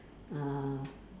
uh